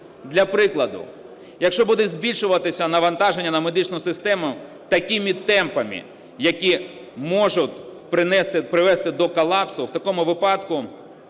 Для прикладу, якщо буде збільшуватися навантаження на медичну систему такими темпами, які можуть привезти до колапсу, в такому випадку